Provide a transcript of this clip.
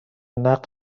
نقد